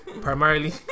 primarily